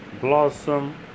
blossom